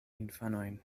infanojn